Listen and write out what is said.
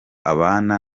abana